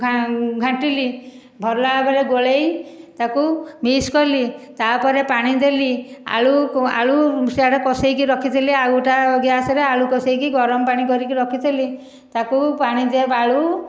ଘାଣ୍ଟିଲି ଭଲଭାବରେ ଗୋଳେଇ ତାକୁ ମିକ୍ସ କଲି ତାପରେ ପାଣି ଦେଲି ଆଳୁ ଆଳୁ ସିଆଡ଼େ କସେଇ ରଖିଥିଲି ଆଉ ଗୋଟାଏ ଗ୍ୟାସରେ ଆଳୁ କସେଇ ଗରମ ପାଣି କରି ରଖିଥିଲି ତାକୁ ପାଣି ଆଳୁ